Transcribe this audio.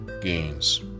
gains